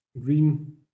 green